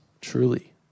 Truly